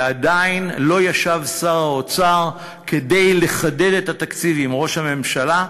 ועדיין לא ישב שר האוצר כדי לחדד את התקציב עם ראש הממשלה,